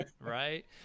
Right